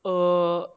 err